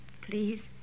Please